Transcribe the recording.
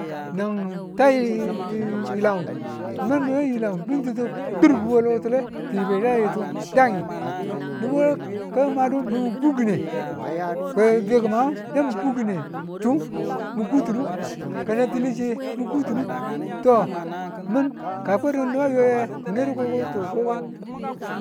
Nan tayi yilan ngu tayi yi̱lang bi̱nti̱tu turkubu we lo ki̱tule ki yibe yilaritu nibu ka madu min ku kine we dwiyeki man ngu bemi kukine. Chun mi kutidu ka nantile chiye mi kutinu to min ka kwedu niba yoye munwe ko to min